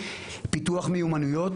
פיתוח מיומנויות.